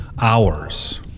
hours